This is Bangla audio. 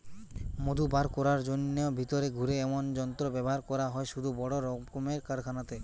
মধু বার কোরার জন্যে ভিতরে ঘুরে এমনি যন্ত্র ব্যাভার করা হয় শুধু বড় রক্মের কারখানাতে